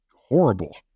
horrible